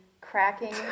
cracking